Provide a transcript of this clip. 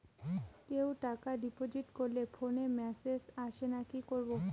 কেউ টাকা ডিপোজিট করলে ফোনে মেসেজ আসেনা কি করবো?